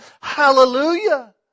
Hallelujah